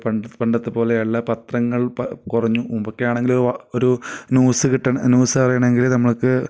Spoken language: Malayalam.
പണ്ടെ പണ്ടത്തെ പോലെയല്ല പത്രങ്ങൾ പ കുറഞ്ഞു മുൻപൊക്കെ ആണെങ്കിൽ ഒരു ന്യൂസ് കിട്ടണെ ന്യൂസ് അറിയണമെങ്കിൽ നമുക്ക്